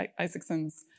Isaacson's